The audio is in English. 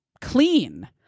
clean